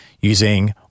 using